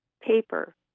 paper